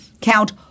count